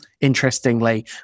interestingly